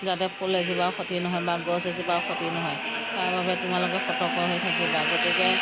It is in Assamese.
যাতে ফুল এজোপাও ক্ষতি নহয় বা গছ এজোপাও ক্ষতি নহয় তাৰ বাবে তোমালোকে সতৰ্ক হৈ থাকিবা গতিকে